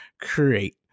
create